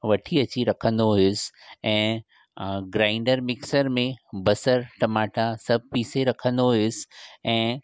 वठी अची रखंदो हुयुसि ऐं ग्राइंडर मिक्सर में बसरु टमाटा सभु पीसे रखंदो हुयुसि ऐं